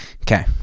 Okay